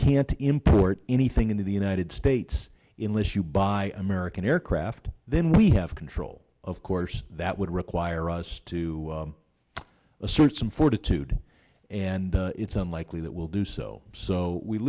can't import anything into the united states in list you buy american aircraft then we have control of course that would require us to assert some fortitude and it's unlikely that will do so so we